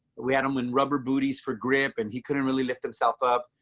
we had them in rubber boots for grip and he couldn't really lift himself up.